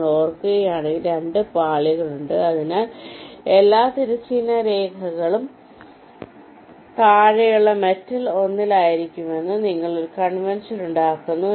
നിങ്ങൾ ഓർക്കുകയാണെങ്കിൽ 2 പാളികൾ ഉണ്ട് അതിനാൽ എല്ലാ തിരശ്ചീന രേഖകളും താഴെയുള്ള മെറ്റൽ 1 ൽ ആയിരിക്കുമെന്ന് നിങ്ങൾ ഒരു കൺവെൻഷൻ ഉണ്ടാക്കുന്നു